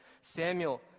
Samuel